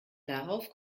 darauf